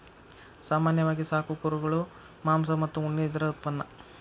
ಸಾಮಾನ್ಯವಾಗಿ ಸಾಕು ಕುರುಗಳು ಮಾಂಸ ಮತ್ತ ಉಣ್ಣಿ ಇದರ ಉತ್ಪನ್ನಾ